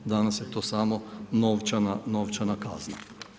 Danas je to samo novčana kazna.